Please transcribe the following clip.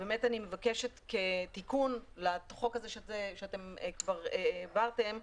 אני מבקשת כתיקון לחוק הזה שאתם כבר העברתם,